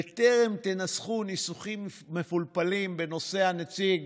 בטרם תנסחו ניסוחים מפולפלים בנושא הנציג